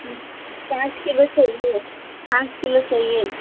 पाँच किलो चाहिए पाँच किलो चाहिए